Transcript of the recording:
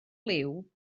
liw